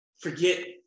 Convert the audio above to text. Forget